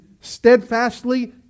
steadfastly